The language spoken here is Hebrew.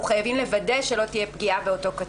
חייבים לוודא שלא תהיה פגיעה באותו קטין.